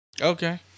Okay